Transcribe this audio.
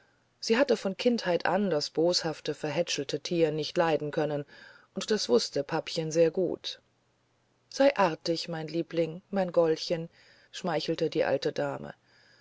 sie hatte von kindheit an das boshafte verhätschelte tier nicht leiden können und das wußte papchen sehr gut sei artig mein liebling mein goldchen schmeichelte die alte dame